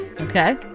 Okay